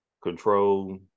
control